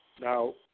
Now